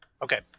Okay